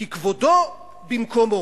כי כבודו במקומו.